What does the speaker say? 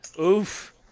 Oof